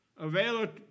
Available